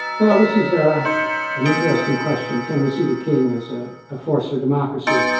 well this is ah an interesting question. can we see the king as ah a force for democracy?